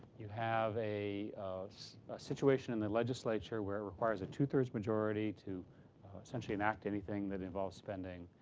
you have a situation in the legislature where it requires a two-thirds majority to essentially enact anything that involves spending.